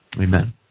Amen